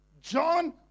John